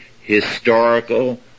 historical